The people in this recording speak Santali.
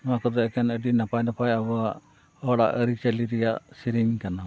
ᱱᱚᱣᱟ ᱠᱚᱫᱚ ᱮᱠᱷᱮᱱ ᱟᱹᱰᱤ ᱱᱟᱯᱟᱭ ᱱᱟᱯᱟᱭ ᱟᱵᱚᱭᱟᱜ ᱦᱚᱲᱟᱜ ᱟᱹᱨᱤᱪᱟᱹᱞᱤ ᱨᱮᱭᱟᱜ ᱥᱮᱨᱮᱧ ᱠᱟᱱᱟ ᱵᱚᱞᱮ